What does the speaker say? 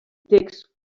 text